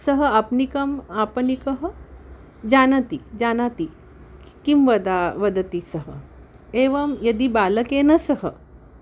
सः आपणिकम् आपणिकः जानाति जानाति किं वद वदति सः एवं यदि बालकेन सह